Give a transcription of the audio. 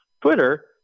Twitter